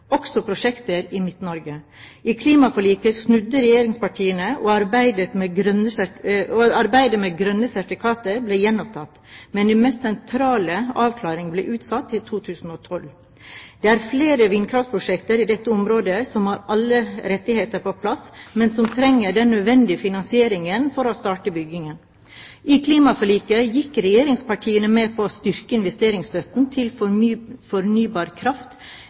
også prosjekter i Midt-Norge. I klimaforliket snudde regjeringspartiene, og arbeidet med grønne sertifikater ble gjenopptatt. Men de mest sentrale avklaringene er utsatt til 2012. Det er flere vindkraftprosjekter i dette området som har alle rettigheter på plass, men som trenger den nødvendige finansieringen for å kunne starte byggingen. I klimaforliket gikk regjeringspartiene med på å styrke investeringsstøtten til fornybar kraft